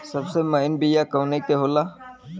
सबसे महीन बिया कवने के होला?